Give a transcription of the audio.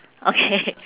okay